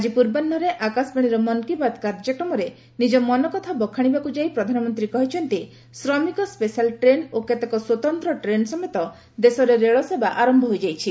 ଆଜି ପୂର୍ବାହ୍ନରେ ଆକାଶବାଣୀର ମନ୍ କି ବାତ୍ କାର୍ଯ୍ୟକ୍ରମରେ ନିକ ମନକଥା ବଖାଣିବାକୁ ଯାଇ ପ୍ରଧାନମନ୍ତ୍ରୀ କହିଛନ୍ତି ଶ୍ରମିକ ସ୍ୱେଶାଲ ଟ୍ରେନ୍ ଓ କେତେକ ସ୍ୱତନ୍ତ ଟ୍ରେନ୍ ସମେତ ଦେଶରେ ରେଳସେବା ଆରମ୍ଭ ହୋଇଯାଇଛି